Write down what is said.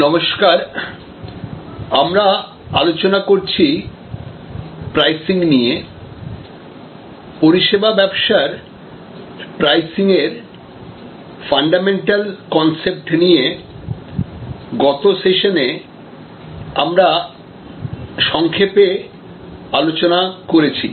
নমস্কার আমরা আলোচনা করছি প্রাইসিং নিয়ে পরিষেবা ব্যবসার প্রাইসিংয়ের ফান্ডামেন্টাল কনসেপ্ট নিয়ে গত সেশনে আমরা সংক্ষেপে আলোচনা করেছি